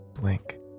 blink